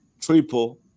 triple